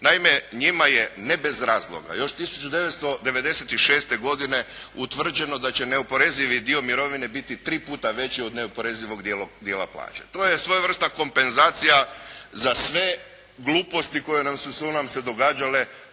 Naime, njima je ne bez razloga još 1996. godine utvrđeno da će neoporezivi dio mirovine biti 3 puta veći od neoporezivog dijela plaće. To je svojevrsna kompenzacija za sve gluposti koje su nam se